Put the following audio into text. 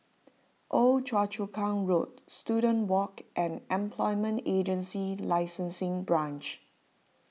Old Choa Chu Kang Road Student Walk and Employment Agency Licensing Branch